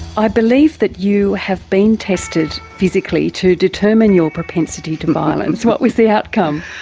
i believe that you have been tested physically to determine your propensity to violence what was the outcome?